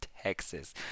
Texas